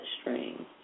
string